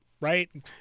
right